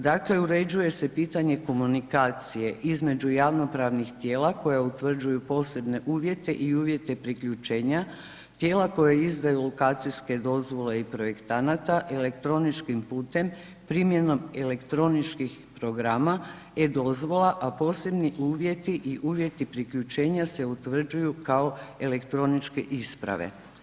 Dakle, uređuje se pitanje komunikacije između javnopravnih tijela koja utvrđuju posebne uvjete i uvjete priključenja tijela koje izdaju lokacijske dozvole i projektanata i elektroničkim putem primjenom elektroničkih programa e-dozvola, a posebni uvjeti i uvjeti priključenja se utvrđuju kao elektroničke isprave.